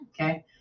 Okay